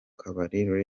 kabari